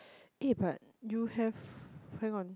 eh but you have hang on